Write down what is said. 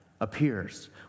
appears